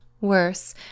Worse